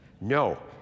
No